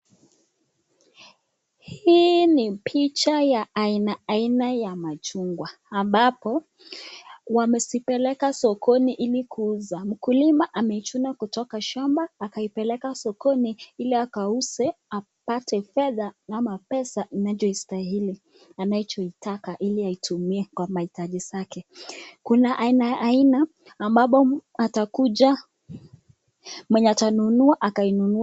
Hii ni picha ya aina aina ya machungwa ambapo wamezipeleka sokoni ili kuuza. Mkulima amechuna kutoka shamba akaipeleka sokoni ili akauze apate fedha ama pesa inachostahili anachoitaka ili atumie kwa mahitaji zake. Kuna aina aina ambapo atakuja, mwenye atanunua